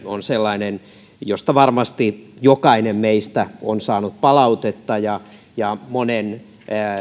on sellainen josta varmasti jokainen meistä on saanut palautetta ja ja monen